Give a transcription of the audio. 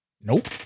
Nope